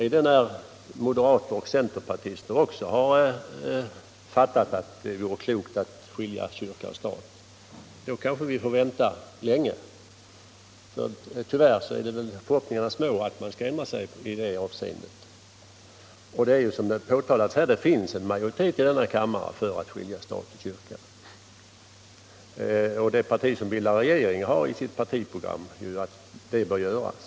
Är det när moderater och centerpartister också har fattat att det vore klokt att skilja kyrka och stat? Då kanske vi får vänta länge, för tyvärr är förhoppningarna små att man skall ändra sig i det avseendet. Det är emellertid som det har sagts här, att det finns en majoritet i denna kammare för att skilja stat och kyrka. Och det parti som bildar regering har ju i sitt partiprogram att detta bör göras.